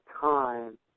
time